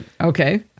okay